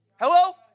Hello